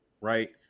right